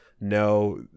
no